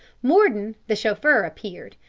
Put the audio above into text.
mordon, the chauffeur, appeared,